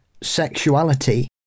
sexuality